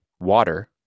water